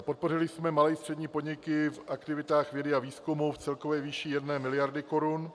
Podpořili jsme malé a střední podniky v aktivitách vědy a výzkumu v celkové výši 1 mld. Kč.